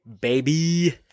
baby